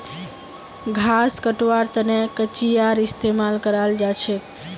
घास कटवार तने कचीयार इस्तेमाल कराल जाछेक